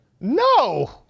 No